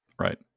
Right